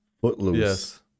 Footloose